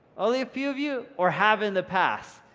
only a few of you? or have in the past.